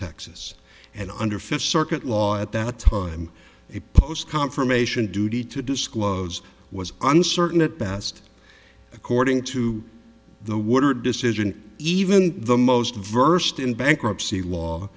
texas and under fifth circuit law at that time post confirmation duty to disclose was uncertain at best according to the word or decision even the most versed in bankruptcy law